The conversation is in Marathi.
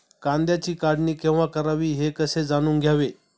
कांद्याची काढणी केव्हा करावी हे कसे जाणून घ्यावे?